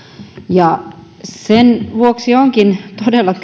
sen vuoksi onkin todella